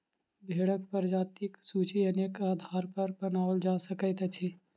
भेंड़क प्रजातिक सूची अनेक आधारपर बनाओल जा सकैत अछि